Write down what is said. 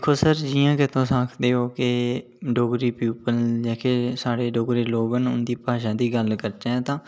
दिक्खो सर जि'यां की तुस आखदे ओ के डोगरी पीपुल न जेह्के साढ़े डोगरे लोक न उं'दी भाशा दी गल्ल करचै तां